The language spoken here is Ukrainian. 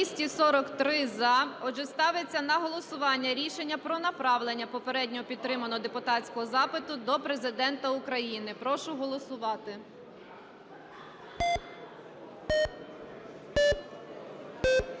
За-243 Отже, ставиться на голосування рішення про направлення попередньо підтриманого депутатського запиту до Президента України. Прошу голосувати.